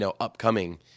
upcoming